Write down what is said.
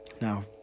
Now